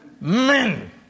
men